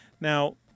Now